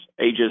ages